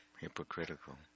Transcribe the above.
Hypocritical